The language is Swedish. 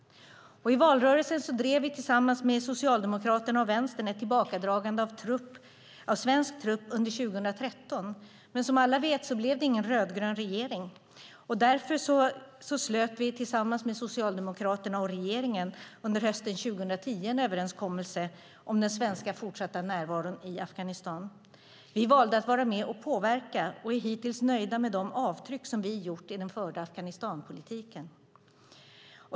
I valrörelsen drev vi tillsammans med Socialdemokraterna och Vänstern ett tillbakadragande av svensk trupp under 2013. Som alla vet blev det dock ingen rödgrön regering, och därför slöt vi tillsammans med Socialdemokraterna och regeringen hösten 2010 en överenskommelse om den svenska fortsatta närvaron i Afghanistan. Vi valde att vara med och påverka och är hittills nöjda med de avtryck vi har gjort i den förda Afghanistanpolitiken.